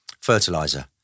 fertilizer